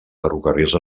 ferrocarrils